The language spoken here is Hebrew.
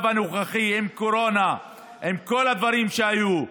במצב הנוכחי, עם קורונה, עם כל הדברים שהיו,